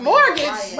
Mortgage